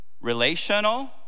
relational